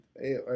hey